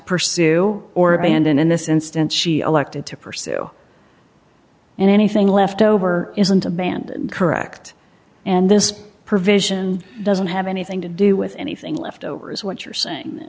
pursue or abandon in this instance she elected to pursue and anything left over isn't abandoned correct and this provision doesn't have anything to do with anything left over is what you're saying